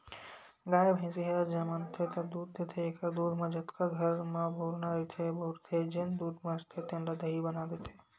गाय, भइसी ह जमनथे त दूद देथे एखर दूद म जतका घर म बउरना रहिथे बउरथे, जेन दूद बाचथे तेन ल दही बना देथे